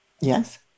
Yes